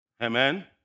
Amen